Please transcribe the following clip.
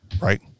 right